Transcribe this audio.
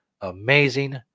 amazing